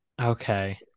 Okay